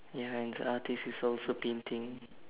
ya and the artist is also painting